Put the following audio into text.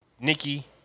Nikki